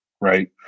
right